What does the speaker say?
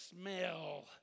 smell